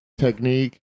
technique